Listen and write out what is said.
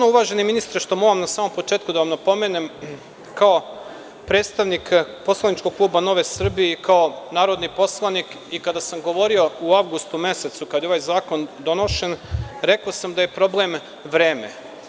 Uvaženi ministre, ono što moram na samom početku da vam napomenem kao predstavnik poslaničkog kluba Nova Srbija i narodni poslanik, kada sam govorio u avgustu mesecu, kada je ovaj zakon donošen, rekao sam da je problem vreme.